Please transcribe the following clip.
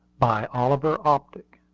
by oliver optic